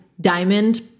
diamond